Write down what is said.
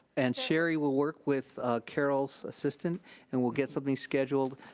and sherry will work with carol's assistant and we'll get something scheduled,